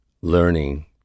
learning